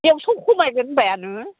एक्स' खमायगोन होनबायानो